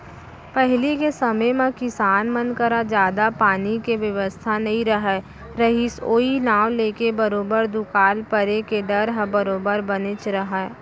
पहिली के समे म किसान मन करा जादा पानी के बेवस्था नइ रहत रहिस ओई नांव लेके बरोबर दुकाल परे के डर ह बरोबर बनेच रहय